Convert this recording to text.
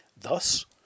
Thus